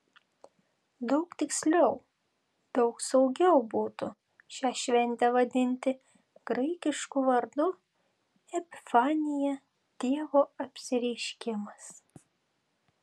daug tiksliau daug saugiau būtų šią šventę vadinti graikišku vardu epifanija dievo apsireiškimas